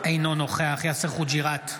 אינו נוכח יאסר חוג'יראת,